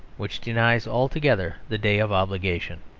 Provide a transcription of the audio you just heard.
which denies altogether the day of obligation.